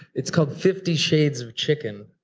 it's called fifty shades of chicken.